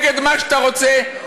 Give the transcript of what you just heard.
נגד מה שאתה רוצה,